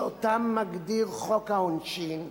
שאותם מגדיר חוק העונשין,